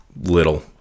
little